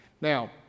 Now